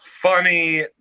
funny